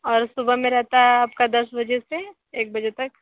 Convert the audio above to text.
और सुबह में रहता है आपका दस बजे से एक बजे तक